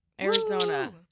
Arizona